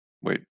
wait